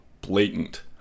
blatant